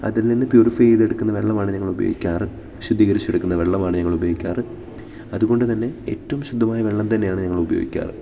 അതിൽ നിന്ന് പ്യൂരിഫൈ ചെയ്തെടുക്കുന്ന വെള്ളമാണ് ഞങ്ങൾ ഉപയോഗിക്കാറ് ശുദ്ധീകരിച്ചെടുക്കുന്ന വെള്ളമാണ് ഞങ്ങൾ ഉപയോഗിക്കാറ് അതുകൊണ്ട് തന്നെ ഏറ്റവും ശുദ്ധമായ വെള്ളം തന്നെയാണ് ഞങ്ങള് ഉപയോഗിക്കാറ്